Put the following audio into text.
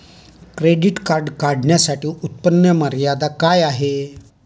Credit card काढण्यासाठी उत्पन्न मर्यादा काय आहे?